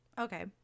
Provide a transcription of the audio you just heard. Okay